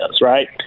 right